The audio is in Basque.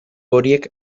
horiek